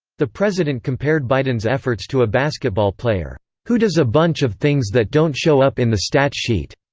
the president compared biden's efforts to a basketball player who does a bunch of things that don't show up in the stat sheet.